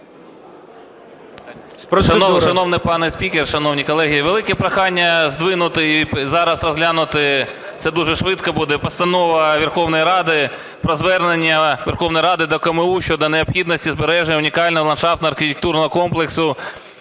Шановний пане спікер, шановні колеги! Велике прохання здвинути і зараз розглянути, це дуже швидко буде, Постанову Верховної Ради про Звернення Верховної Ради до КМУ щодо необхідності збереження унікального ландшафтно-архітектурного комплексу